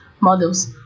models